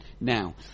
now